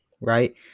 right